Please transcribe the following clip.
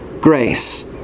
grace